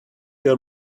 your